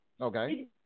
Okay